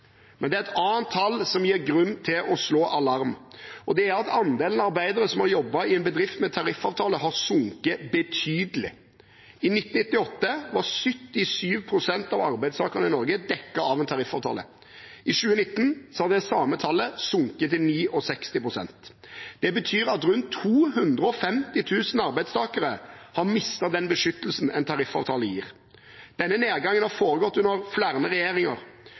men det er et annet tall som gir grunn til å slå alarm, og det er at andelen arbeidere som har jobbet i en bedrift med tariffavtale, har sunket betydelig. I 1998 var 77 pst. av arbeidstakerne i Norge dekket av en tariffavtale. I 2019 hadde det samme tallet sunket til 69 pst. Det betyr at rundt 250 000 arbeidstakere har mistet den beskyttelsen en tariffavtale gir. Denne nedgangen har foregått under flere regjeringer,